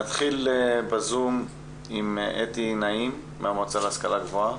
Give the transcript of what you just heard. נתחיל עם אתי נעים בזום מהמועצה להשכלה גבוהה.